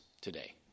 today